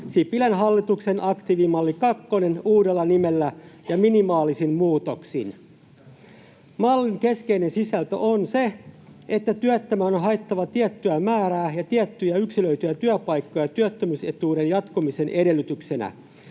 Sipilän hallituksen aktiivimalli kakkonen uudella nimellä ja minimaalisin muutoksin. Mallin keskeinen sisältö on se, että työttömän on haettava tiettyä määrää ja tiettyjä yksilöityjä työpaikkoja työttömyysetuuden jatkumisen edellytyksenä.